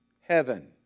heaven